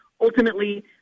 ultimately